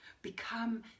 Become